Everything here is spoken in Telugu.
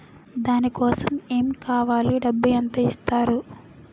దాని కోసం ఎమ్ కావాలి డబ్బు ఎంత ఇస్తారు?